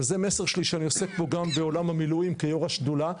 זה מסר שלי שאני עוסק בו גם בעולם המילואים כיו"ר השדולה,